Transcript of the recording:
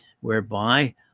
whereby